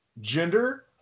gender